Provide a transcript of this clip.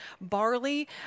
Barley